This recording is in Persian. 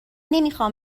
نمیخوام